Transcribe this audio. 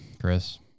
Chris